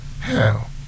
Hell